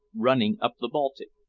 running up the baltic.